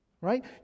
Right